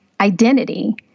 identity